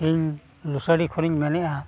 ᱤᱧ ᱞᱚᱥᱟᱰᱤ ᱠᱷᱚᱱᱤᱧ ᱢᱮᱱᱮᱫᱼᱟ